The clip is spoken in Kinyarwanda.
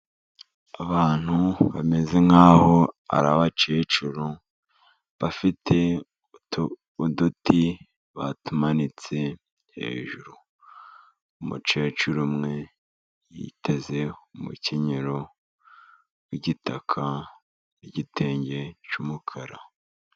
Abantu bameze nkaho ari abakecuru bafite uduti batumanitse hejuru. Umukecuru umwe yiteze umukenyero w'igitaka nigitenge cy'umukara.